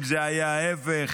אם זה היה ההפך,